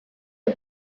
the